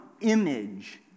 image